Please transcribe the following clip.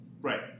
Right